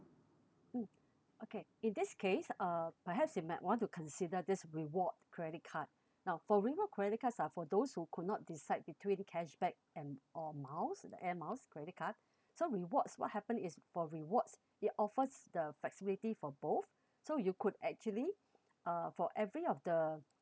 mm okay in this case uh perhaps you might want to consider this reward credit card now for reward credit cards are for those who could not decide between cashback and or miles the air miles credit card so rewards what happen is for rewards it offers the flexibility for both so you could actually uh for every of the